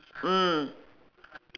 mm